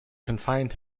confined